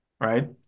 right